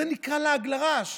זה נקרא לעג לרש.